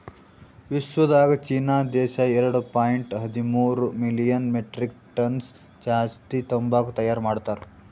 ವಿಶ್ವದಾಗ್ ಚೀನಾ ದೇಶ ಎರಡು ಪಾಯಿಂಟ್ ಹದಿಮೂರು ಮಿಲಿಯನ್ ಮೆಟ್ರಿಕ್ ಟನ್ಸ್ ಜಾಸ್ತಿ ತಂಬಾಕು ತೈಯಾರ್ ಮಾಡ್ತಾರ್